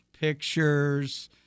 pictures